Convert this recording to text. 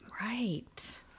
Right